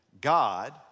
God